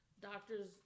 doctor's